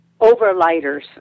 overlighters